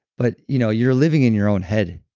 but you know you're living in your own head,